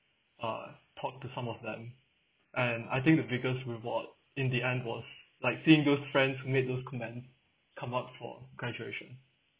uh talk to some of them and I think the biggest reward in the end was like seeing those friends made those comment come up for graduation